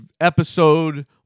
episode